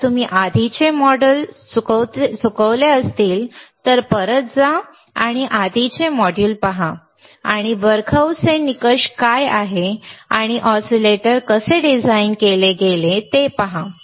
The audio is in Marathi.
जर तुम्ही आधीचे मॉड्यूल्स चुकवले असतील तर परत जा आणि आधीचे मॉड्यूल पहा आणि बरखाऊसेन निकष काय आहे आणि ऑसिलेटर कसे डिझाइन केले गेले ते पहा